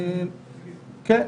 כן.